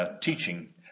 teaching